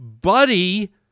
buddy